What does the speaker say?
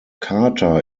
carter